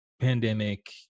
pandemic